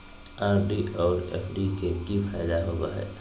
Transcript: RD और FD के की फायदा होबो हइ?